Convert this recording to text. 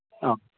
ꯑꯧ